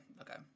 okay